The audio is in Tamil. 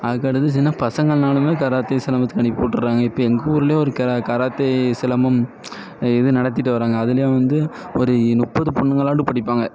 அதுக்கடுத்து சின்ன பசங்கன்னாலுமே கராத்தே சிலம்பத்துக்கு அனுப்பிவிட்டுர்றாங்க இப்போ எங்கள் ஊருலையும் ஒரு கரா கராத்தே சிலம்பம் இது நடத்திட்டு வராங்க அதில் வந்து ஒரு இ முப்பது பொண்ணுங்களாவது படிப்பாங்க